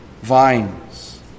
vines